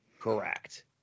Correct